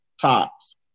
tops